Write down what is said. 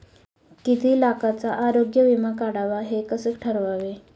किती लाखाचा आरोग्य विमा काढावा हे कसे ठरवावे?